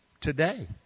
today